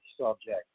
subject